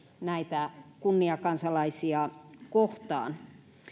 näitä kunniakansalaisia kohtaan